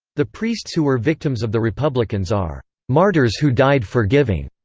the priests who were victims of the republicans are martyrs who died forgiving,